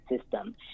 system